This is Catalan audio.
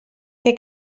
que